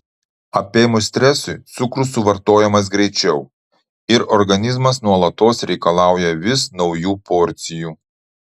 apėmus stresui cukrus suvartojamas greičiau ir organizmas nuolatos reikalauja vis naujų porcijų